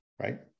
right